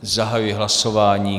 Zahajuji hlasování.